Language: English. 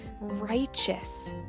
righteous